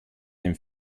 dem